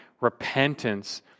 repentance